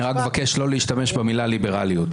אני רק מבקש לא להשתמש במילה "ליברליות".